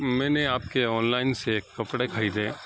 میں نے آپ کے آن لائن سے کپڑے خریدے